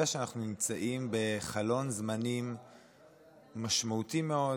יודע שאנחנו נמצאים בחלון זמנים משמעותי מאוד,